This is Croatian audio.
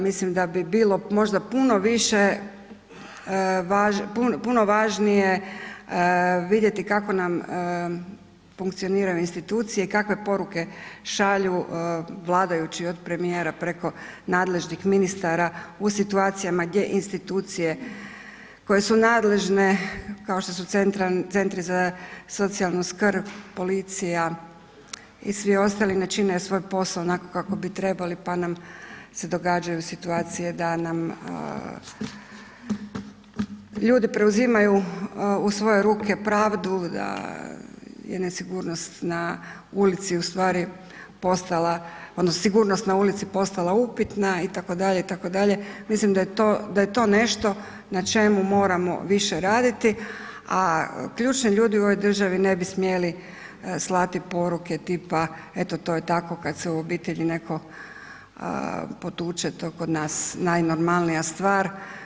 Mislim da bi bilo možda puno više, puno važnije vidjeti kako nam funkcioniraju institucije i kakve poruke šalju vladajući od premijera preko nadležnih ministara u situacijama gdje institucije koje su nadležne, kao što su centri za socijalnu skrb, policija i svi ostali ne čine svoj posao onako kako bi trebali pa nam se događaju situacije da nam ljudi preuzimaju u svoje ruke pravdu, da je nesigurnost na ulici u stvari postala odnosno sigurnost na ulici postala upitna itd., itd., mislim da je to nešto na čemu moramo više raditi, a ključni ljudi u ovoj državi ne bi smjeli slati poruke tipa eto to je tako kad se u obitelji netko potuče to kod nas najnormalnija stvar.